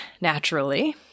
naturally